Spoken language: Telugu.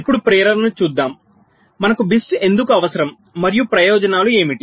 ఇప్పుడు ప్రేరణను చూద్దాం మనకు BIST ఎందుకు అవసరం మరియు ప్రయోజనాలు ఏమిటి